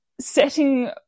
setting